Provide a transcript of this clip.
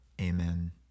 Amen